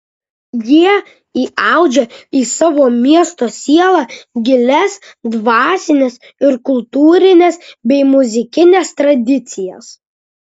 jie įaudžia į savo miesto sielą gilias dvasines ir kultūrines bei muzikines tradicijas